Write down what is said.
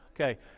Okay